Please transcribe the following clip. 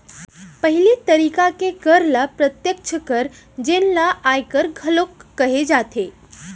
पहिली तरिका के कर ल प्रत्यक्छ कर जेन ल आयकर घलोक कहे जाथे